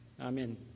Amen